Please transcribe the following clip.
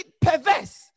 perverse